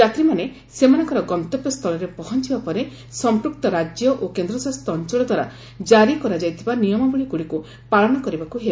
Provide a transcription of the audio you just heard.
ଯାତ୍ରୀମାନେ ସେମାନଙ୍କର ଗନ୍ତବ୍ୟସ୍ଥଳରେ ପହଞ୍ଚିବା ପରେ ସଂମ୍ପୃକ୍ତ ରାଜ୍ୟ ଓ କେନ୍ଦ୍ରଶାସିତ ଅଞ୍ଚଳ ଦ୍ୱାରା କ୍କାରି କରାଯାଇଥିବା ନିୟମାବଳୀ ଗୁଡ଼ିକୁ ପାଳନ କରିବାକୁ ହେବ